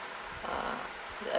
uh